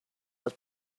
was